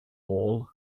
wall